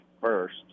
first